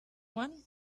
one